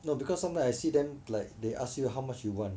no because sometimes I see them like they ask you how much you want